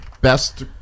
best